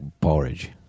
porridge